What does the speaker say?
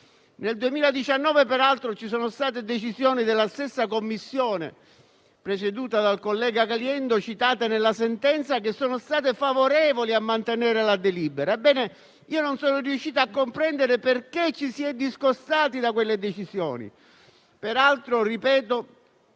Nel 2019 peraltro ci sono state decisioni della stessa Commissione presieduta dal collega Caliendo, citate nella sentenza, che sono state favorevoli a mantenere la delibera. Non sono riuscito a comprendere perché ci si sia discostati da quelle decisioni. Ripeto